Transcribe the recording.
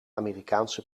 amerikaanse